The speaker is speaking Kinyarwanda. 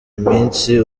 iminsi